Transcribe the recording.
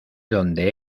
donde